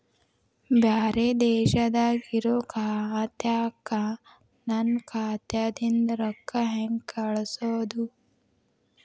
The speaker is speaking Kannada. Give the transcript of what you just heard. ಬ್ಯಾರೆ ದೇಶದಾಗ ಇರೋ ಖಾತಾಕ್ಕ ನನ್ನ ಖಾತಾದಿಂದ ರೊಕ್ಕ ಹೆಂಗ್ ಕಳಸೋದು?